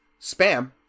Spam